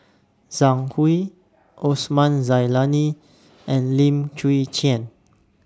Zhang Hui Osman Zailani and Lim Chwee Chian